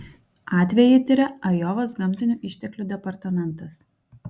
atvejį tiria ajovos gamtinių išteklių departamentas